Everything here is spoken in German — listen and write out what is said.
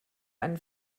einen